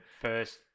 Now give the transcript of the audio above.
first